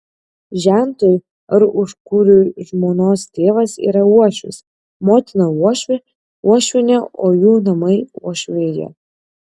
žentui ar užkuriui žmonos tėvas yra uošvis motina uošvė uošvienė o jų namai uošvija